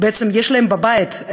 יש להם בבית,